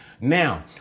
Now